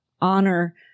honor